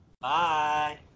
Bye